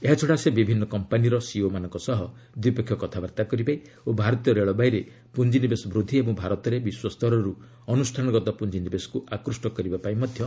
ଏହାଛଡ଼ା ସେ ବିଭିନ୍ନ କମ୍ପାନୀର ସିଇଓମାନଙ୍କ ସହ ଦ୍ୱିପକ୍ଷୀୟ କଥାବାର୍ତ୍ତା କରିବେ ଓ ଭାରତୀୟ ରେଳବାଇରେ ପୁଞ୍ଜିନିବେଶ ବୃଦ୍ଧି ଏବଂ ଭାରତରେ ବିଶ୍ୱସ୍ତରରୁ ଅନୁଷ୍ଠାନଗତ ପୁଞ୍ଜିନିବେଶକୁ ଆକୃଷ୍ଟ କରିବାପାଇଁ ମଧ୍ୟ ବିଭିନ୍ନ ବୈଠକରେ ଯୋଗଦେବେ